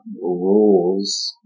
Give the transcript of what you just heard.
rules